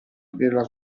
della